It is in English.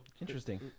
interesting